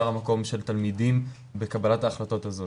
המקום של תלמידים בקבלת ההחלטות הזאת.